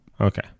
Okay